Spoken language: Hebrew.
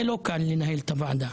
זה לא קל לנהל את הוועדה.